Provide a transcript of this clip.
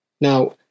Now